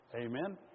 Amen